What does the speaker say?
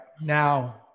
now